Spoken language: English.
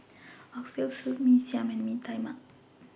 Oxtail Soup Mee Siam and Mee Tai Mak